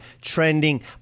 trending